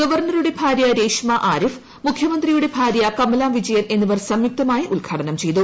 ഗവർണറുടെ ഭാര്യ രേഷ്മു ആരിഫ് മുഖ്യമന്ത്രിയുടെ ഭാര്യ കമല വിജയൻ എന്നിവർ സ്റ്റ്യുക്തമായി ഉദ്ഘാടനം ചെയ്തു